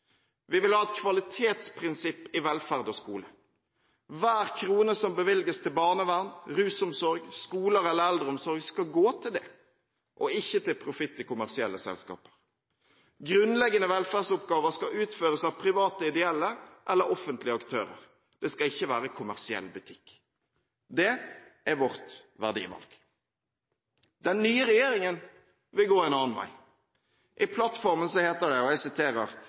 Vi vil ha et kvalitetsprinsipp i velferd og skole: Hver krone som bevilges til barnevern, rusomsorg, skoler eller eldreomsorg, skal gå til det og ikke til profitt i kommersielle selskaper. Grunnleggende velferdsoppgaver skal utføres av private, ideelle eller offentlige aktører, det skal ikke være kommersiell butikk. Det er vårt verdivalg. Den nye regjeringen vil gå en annen vei. I plattformen heter det: